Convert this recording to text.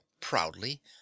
proudly